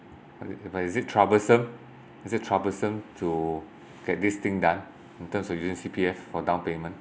is it troublesome is it troublesome to get this thing done in terms of using C_P_F for down payment